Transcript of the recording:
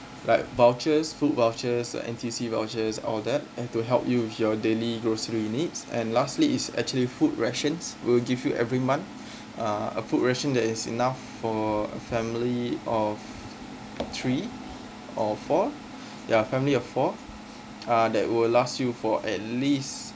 like vouchers food vouchers like N_T_U_C vouchers all that and to help you with your daily grocery needs and lastly is actually food rations we'll give you every month uh a rations that is enough for a family of three or four ya family of four uh that will last you for at least